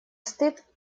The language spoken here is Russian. стыд